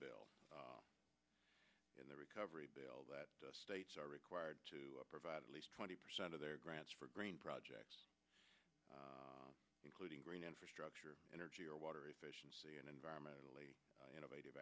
bill in the recovery bill that states are required to provide at least twenty percent of their grants for green projects including green infrastructure energy or water efficiency and environmentally innovative